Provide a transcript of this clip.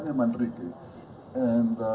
and manrique and